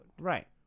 Right